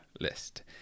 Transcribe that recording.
list